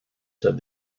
said